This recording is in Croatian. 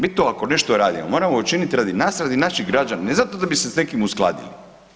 Mi to ako nešto radimo moramo učiniti radi nas i radi naših građana ne zato da bi se s nekim uskladili.